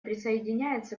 присоединяется